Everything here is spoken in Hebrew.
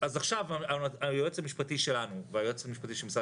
אז עכשיו היועץ המשפטי שלנו והיועצת המשפטית של משרד